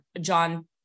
John